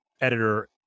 editor